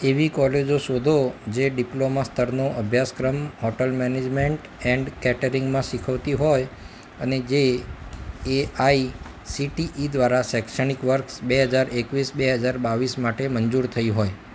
એવી કોલેજો શોધો જે ડિપ્લોમા સ્તરનો અભ્યાસક્રમ હોટેલ મેનેજમેન્ટ એન્ડ કેટરિંગમાં શીખવતી હોય અને જે એઆઇસીટીઇ દ્વારા શૈક્ષણિક વર્ષ બે હજાર એકવીસ બે હજાર બાવીસ માટે મંજૂર થઇ હોય